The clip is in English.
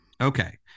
Okay